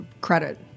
credit